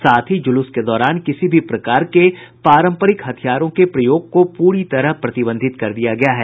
साथ ही जुलूस के दौरान किसी भी प्रकार के पारम्परिक हथियारों के प्रयोग को पूरी तरह प्रतिबंधित कर दिया गया है